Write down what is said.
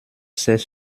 sait